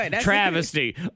Travesty